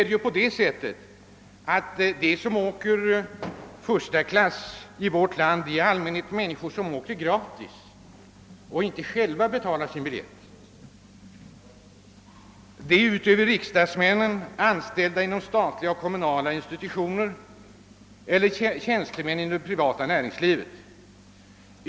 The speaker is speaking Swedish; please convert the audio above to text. De personer som åker första klass i vårt land betalar i allmänhet inte själva för sin biljett; det gäller utöver riksdagsmännen anställda inom statliga och kommunala institutioner eller tjänstemän inom det privata näringslivet.